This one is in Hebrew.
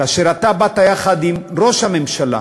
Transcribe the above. כאשר אתה באת יחד עם ראש הממשלה,